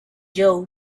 joe